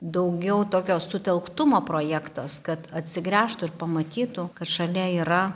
daugiau tokio sutelktumo projektas kad atsigręžtų ir pamatytų kad šalia yra